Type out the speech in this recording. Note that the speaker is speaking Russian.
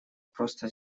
просто